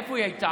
איפה היא הייתה?